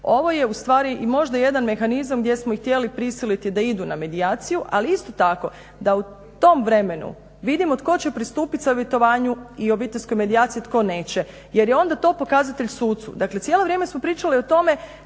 Ovo je ustvari i možda jedan mehanizam gdje smo ih htjeli prisiliti da idu na medijaciju ali isto tako da u tom vremenu tko će pristupit savjetovanju i obiteljskoj medijaciji jer je onda to pokazatelj sucu, dakle cijelo vrijeme smo pričali o tome